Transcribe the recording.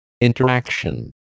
Interaction